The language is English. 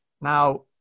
Now